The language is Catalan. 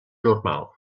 normal